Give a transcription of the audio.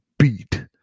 Beat